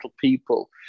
people